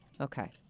Okay